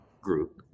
Group